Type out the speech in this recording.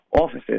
offices